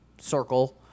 circle